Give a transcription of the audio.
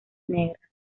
negras